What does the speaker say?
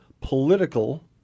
political